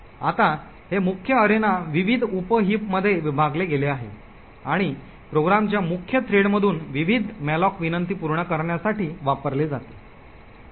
आता हे मुख्य अरेना विविध उप हिपमध्ये विभागले गेले आहे आणि प्रोग्रामच्या मुख्य थ्रेडमधून विविध मॅलोक विनंती पूर्ण करण्यासाठी वापरले जाते